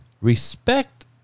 respect